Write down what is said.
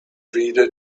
reader